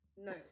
no